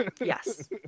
Yes